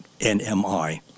NMI